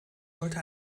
sollte